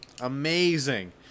Amazing